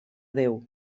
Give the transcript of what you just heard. déu